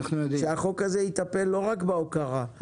שהחוק הזה יטפל לא רק בהוקרה.